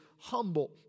Humble